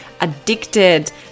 addicted